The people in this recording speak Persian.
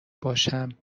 باشم